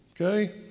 Okay